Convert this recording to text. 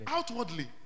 Outwardly